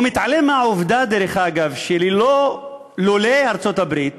הוא מתעלם מהעובדה, דרך אגב, שלולא ארצות-הברית